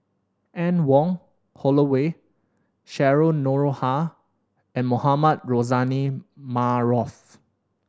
Anne Wong Holloway Cheryl Noronha and Mohamed Rozani Maarof